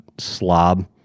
slob